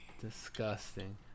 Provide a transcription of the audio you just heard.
Disgusting